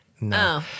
No